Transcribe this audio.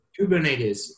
Kubernetes